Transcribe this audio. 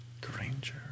Granger